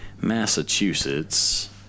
Massachusetts